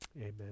amen